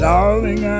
Darling